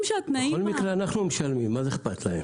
בכל מקרה אנחנו משלמים, מה זה אכפת להם.